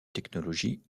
technologie